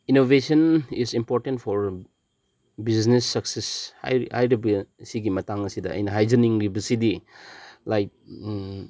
innovation is important for business success ꯍꯥꯏꯔꯤꯕꯁꯤꯒꯤ ꯃꯇꯥꯡ ꯑꯁꯤꯗ ꯑꯩꯅ ꯍꯥꯏꯖꯅꯤꯡꯂꯤꯕꯁꯤꯗꯤ ꯂꯥꯏꯛ